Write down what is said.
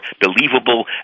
believable